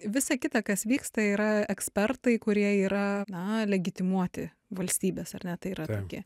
visa kita kas vyksta yra ekspertai kurie yra na legitimuoti valstybės ar ne tai yra tokie